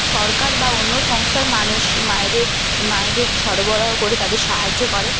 সরকার বা অন্য সংস্থার মানুষ মায়েদের মায়েদের সরবরাহ করে তাদের সাহায্য করে